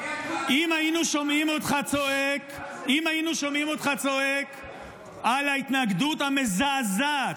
אם היינו שומעים אותך צועק על ההתנגדות המזעזעת